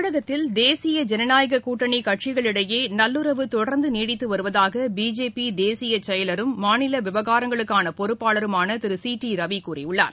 தமிழகத்தில் தேசிய ஜனநாயக கூட்டணி கட்சிகளிடையே நல்லுறவு தொடர்ந்து நீடித்து வருவதாக பிஜேபி தேசியச்செயலரும் மாநில விவனரங்களுக்கான பொறுப்பாளருமான திரு சி டி ரவி கூறியுள்ளார்